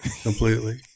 completely